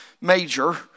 major